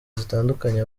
zitandukanye